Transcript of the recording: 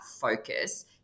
focus